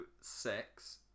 six